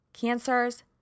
cancers